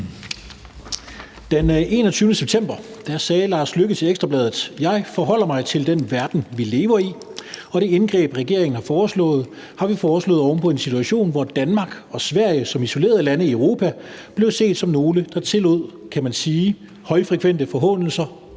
Den 20. september sagde udenrigsministeren til Ekstra Bladet: »Jeg forholder mig til den verden, vi lever i, og det indgreb, regeringen har foreslået, har vi foreslået oven på en situation, hvor Danmark og Sverige som isolerede lande i Europa blev set som nogle, der tillod, kan man sige, højfrekvente forhånelser